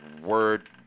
word